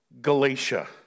Galatia